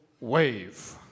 wave